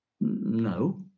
no